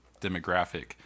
demographic